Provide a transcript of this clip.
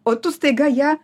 o tu staiga ją